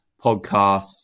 podcasts